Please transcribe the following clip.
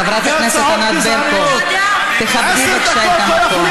חברת הכנסת ענת ברקו, תכבדי את המקום, בבקשה.